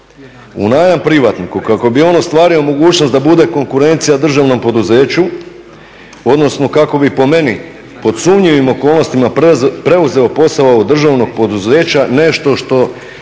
u najam privatniku kako bi on ostvario mogućnost da bude konkurencija državnom poduzeću, odnosno kako bi po meni pod sumnjivim okolnostima preuzeo posao ovog državnog poduzeća nešto što